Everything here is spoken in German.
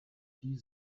die